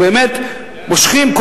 ובאמת מושכים.